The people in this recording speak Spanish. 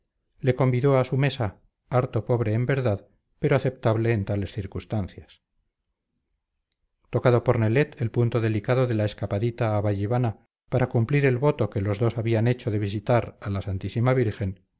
le convidó a su mesa harto pobre en verdad pero aceptable en tales circunstancias tocado por nelet el punto delicado de la escapadita a vallivana para cumplir el voto que los dos habían hecho de visitar a la santísima virgen